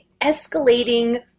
escalating